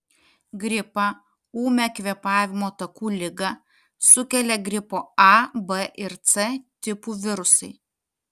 gripą ūmią kvėpavimo takų ligą sukelia gripo a b ir c tipų virusai